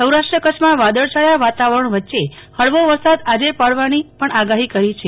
સૌરાષ્ટ્ર કચ્છમાં વાદળછાયા વાતાવરણ વચે હળવો વરસાદ આજે પાડવાની પણ આગાહી છે